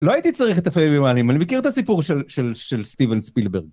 לא הייתי צריך את הפייגלמנים, אני מכיר את הסיפור של סטיבן ספילברג.